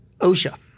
OSHA